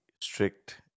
strict